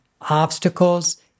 obstacles